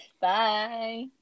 Bye